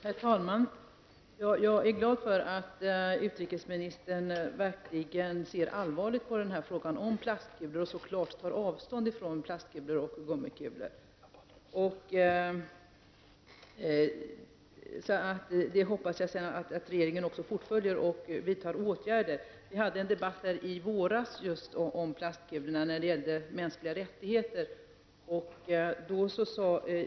Herr talman! Jag är glad över att utrikesministern verkligen ser allvarligt på frågan om plastkulor och att han så klart tar avstånd från plast och gummikulor. Jag hoppas att regeringen arbetar vidare för att kunna vidta åtgärder. Vi diskuterade just plastkulor här i kammaren i våras när det gällde mänskliga rättigheter.